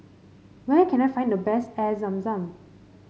where can I find the best Air Zam Zam